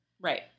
Right